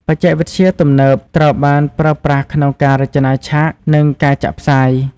បច្ចេកវិទ្យា ទំនើបត្រូវបានប្រើប្រាស់ក្នុងការរចនាឆាក និងការចាក់ផ្សាយ។